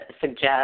suggest